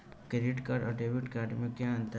Credit card और debit card में क्या अंतर है?